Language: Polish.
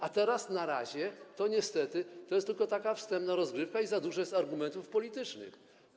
A teraz na razie niestety to jest tylko taka wstępna rozgrywka i za dużo jest argumentów politycznych.